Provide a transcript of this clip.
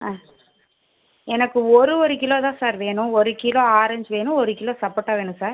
எனக்கு ஒரு ஒரு கிலோ தான் சார் வேணும் ஒரு கிலோ ஆரஞ்ச் வேணும் ஒரு கிலோ சப்போட்டா வேணும் சார்